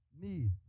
need